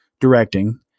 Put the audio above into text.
directing